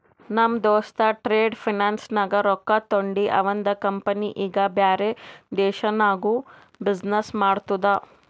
ನಮ್ ದೋಸ್ತ trade finance ನಾಗ್ ರೊಕ್ಕಾ ತೊಂಡಿ ಅವಂದ ಕಂಪನಿ ಈಗ ಬ್ಯಾರೆ ದೇಶನಾಗ್ನು ಬಿಸಿನ್ನೆಸ್ ಮಾಡ್ತುದ